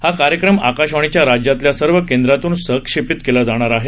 हा कार्यक्रम आकाशवाणीच्या राज्यातल्या सर्व केंद्रांतून सहक्षेपित केला जाणार आहे